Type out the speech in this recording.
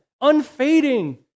Unfading